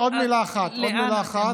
עוד מילה אחת.